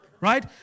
right